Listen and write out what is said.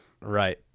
right